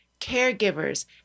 caregivers